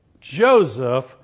Joseph